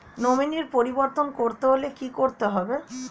Nominee পরিবর্তন করতে হলে কী করতে হবে?